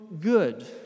good